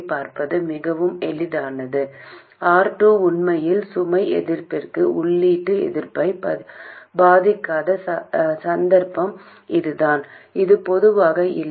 மேலும் இந்தக் கிளையில் பாய்ந்து கொண்டிருக்கும் மின்னோட்டம் VTEST RG Rs தவிர வேறில்லை